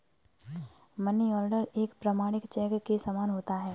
money order एक प्रमाणिक cheque के समान होता है